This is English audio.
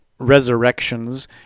resurrections